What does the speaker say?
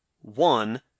One